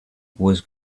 was